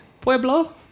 Pueblo